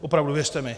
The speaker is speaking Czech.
Opravdu, věřte mi.